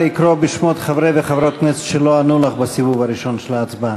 נא לקרוא בשמות חברי וחברות הכנסת שלא ענו לך בסיבוב הראשון של ההצבעה.